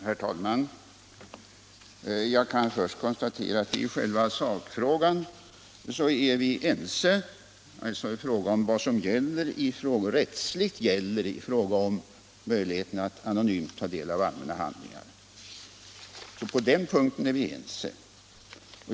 Herr talman! Jag kan först konstatera att i själva sakfrågan är herr Svensson i Malmö och jag ense om vad som rättsligt gäller i fråga om möjligheterna att anonymt ta del av allmänna handlingar.